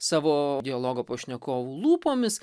savo dialogo pašnekovų lūpomis